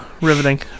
Riveting